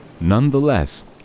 Nonetheless